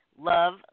love